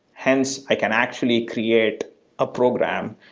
hence, i can actually create a program,